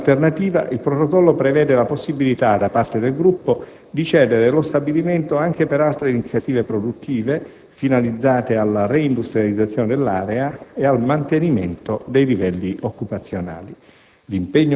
In alternativa, il protocollo prevede la possibilità da parte del gruppo di cedere lo stabilimento anche per altre iniziative produttive, finalizzate alla reindustrializzazione dell'area e al mantenimento dei livelli occupazionali.